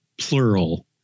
plural